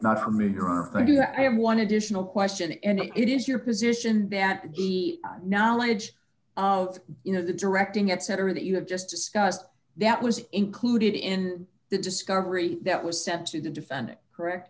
not do i have one additional question and it is your position that the knowledge you know the directing etc that you have just discussed that was included in the discovery that was sent to the defendant correct